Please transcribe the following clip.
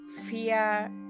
fear